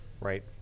right